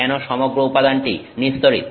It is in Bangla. কেন সমগ্র উপাদানটি নিস্তড়িত